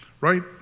Right